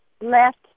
left